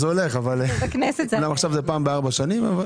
יודעת איך זה הולך אבל זה פעם בארבע שנים.